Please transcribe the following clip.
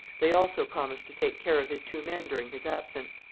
they also promised to take care of his two men during his absence.